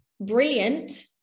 brilliant